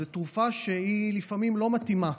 זאת תרופה שלפעמים לא מתאימה.